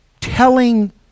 telling